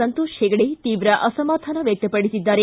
ಸಂತೋಷ್ ಹೆಗಡೆ ತೀವ್ರ ಅಸಮಾಧಾನ ವ್ಯಕ್ತಪಡಿಸಿದ್ದಾರೆ